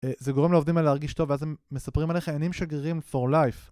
זה גורם לעובדים האלה להרגיש טוב, ואז הם מספרים עליך הם נהיים שגרירים פור לייף.